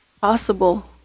possible